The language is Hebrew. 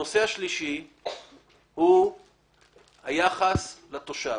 הנושא השלישי הוא היחס לתושב.